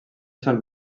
sant